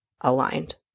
aligned